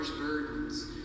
Burdens